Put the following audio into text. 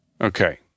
Okay